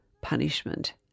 punishment